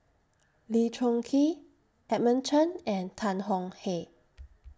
Lee Choon Kee Edmund Chen and Tan Tong Hye